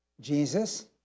Jesus